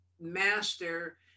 master